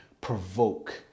provoke